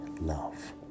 love